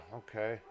okay